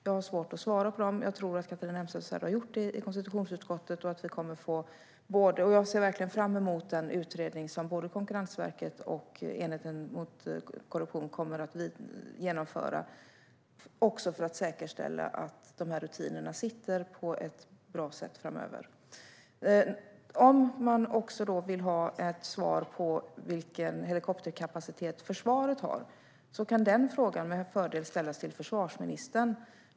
Jag har svårt att svara på dem. Jag tror att hon har gjort det i konstitutionsutskottet. Jag ser verkligen fram emot den utredning som både Konkurrensverket och Riksenheten mot korruption kommer att genomföra för att man ska säkerställa att dessa rutiner sitter på ett bra sätt framöver. Om Mikael Oscarsson också vill ha ett svar på vilken helikopterkapacitet som försvaret har kan den frågan med fördel ställas till försvarsministern.